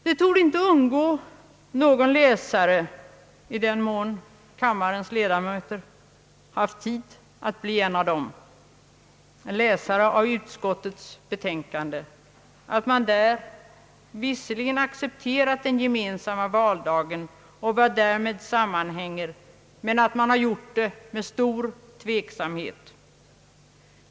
Det torde inte undgå någon läsare av utskottets betänkande — i den mån kammarens ledamöter haft tid att läsa betänkandet — att man där visserligen accepterat den gemensamma valdagen och vad därmed sammanhänger men att man har gjort det med stor tveksamhet.